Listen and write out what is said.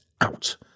out